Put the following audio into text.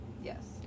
Yes